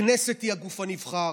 הכנסת היא הגוף הנבחר.